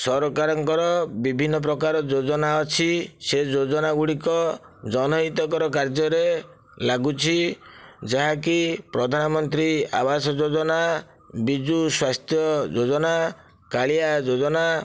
ସରକାରଙ୍କର ବିଭିନ୍ନ ପ୍ରକାର ଯୋଜନା ଅଛି ସେ ଯୋଜନା ଗୁଡ଼ିକ ଜନହିତକର କାର୍ଯ୍ୟରେ ଲାଗୁଛି ଯାହାକି ପ୍ରଧାନମନ୍ତ୍ରୀ ଆବାସ ଯୋଜନା ବିଜୁ ସ୍ୱାସ୍ଥ୍ୟ ଯୋଜନା କାଳିଆ ଯୋଜନା